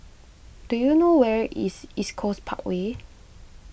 do you know where is East Coast Parkway